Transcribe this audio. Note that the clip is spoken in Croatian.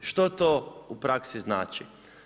Što to u praksi znači?